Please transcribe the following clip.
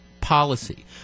policy